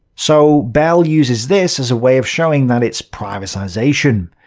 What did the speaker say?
so, bel uses this as a way of showing that it's privatization.